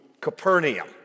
Capernaum